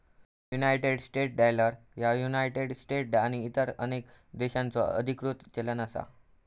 United States dollar ह्या United States आणि इतर अनेक देशांचो अधिकृत चलन असा